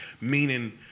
Meaning